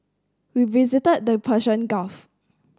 we visited the Persian Gulf